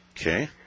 Okay